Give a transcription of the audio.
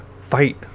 fight